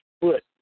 foot